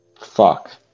Fuck